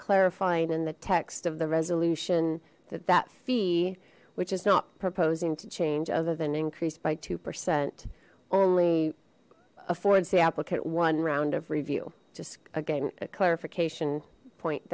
clarifying and the text of the resolution that that fee which is not proposing to change other than increase by two percent only affords the applicant one round of review just again clarification point